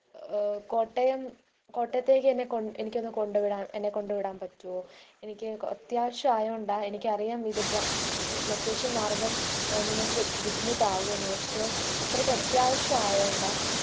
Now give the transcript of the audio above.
കോട്ടയം കോട്ടയത്തേക്ക് എന്നെ എനിക്കൊന്ന് കൊണ്ടുവിടാന് എന്നെ കൊണ്ടുവിടാന് പറ്റുമോ എനിക്ക് അത്യാവശ്യം ആയതുകൊണ്ടാണ് എനിക്കറിയാം ഇത് ലൊക്കേഷന് മാറുമ്പം നിങ്ങൾക്ക് ബുദ്ധിമുട്ടാകുമെന്ന് പക്ഷെ അത്രയ്ക്ക് അത്യാവശ്യം ആയതുകൊണ്ടാണ്